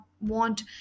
want